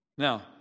Now